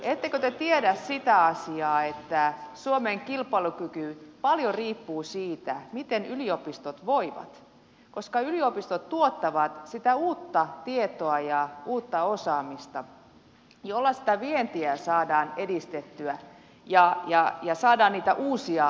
ettekö te tiedä sitä asiaa että suomen kilpailukyky paljon riippuu siitä miten yliopistot voivat koska yliopistot tuottavat sitä uutta tietoa ja uutta osaamista joilla sitä vientiä saadaan edistettyä ja saadaan niitä uusia työpaikkoja